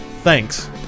thanks